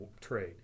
trade